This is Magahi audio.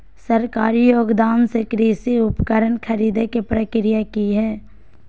सरकारी योगदान से कृषि उपकरण खरीदे के प्रक्रिया की हय?